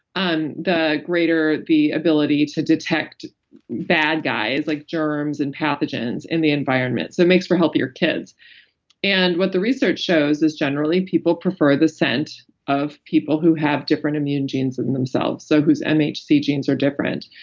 um the greater the ability to detect bad guys like germs and pathogens in the environment. so it makes for healthier kids and what the research shows is generally people prefer the scent of people who have different immune genes than themselves. so who's mhc genes are different.